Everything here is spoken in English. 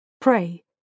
Pray